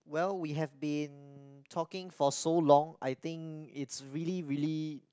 well we have been talking for so long I think it's really really